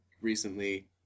recently